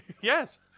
Yes